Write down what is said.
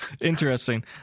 interesting